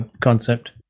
concept